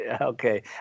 Okay